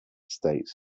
states